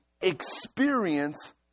experience